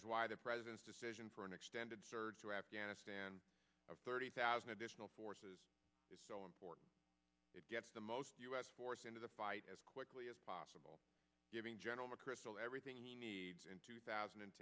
is why the president's decision for an extended surge to afghanistan of thirty thousand additional forces is so important it gets the most us force into the fight as quickly as possible giving general mcchrystal everything he needs in two thousand and